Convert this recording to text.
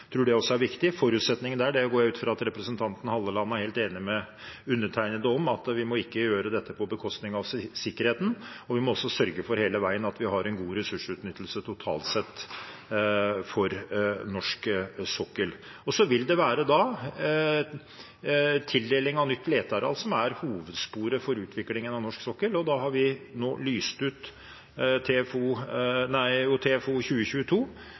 tror det er viktig. Forutsetningene går jeg ut fra at representanten Halleland er helt enig med undertegnede i – at vi ikke må gjøre dette på bekostning av sikkerheten, og vi må hele veien sørge for at vi har en god ressursutnyttelse totalt sett for norsk sokkel. Det vil være tildeling av nytt leteareal som er hovedsporet for utviklingen av norsk sokkel. Vi har nå lyst ut TFO 2022 og